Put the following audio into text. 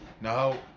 No